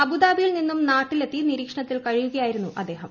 അബുദാബിയിൽ നിന്നും നാട്ടിലെത്തി നിരീക്ഷണത്തിൽ കഴിയുകയായിരുന്നു അദ്ദേഹം